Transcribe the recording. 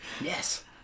Yes